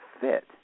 fit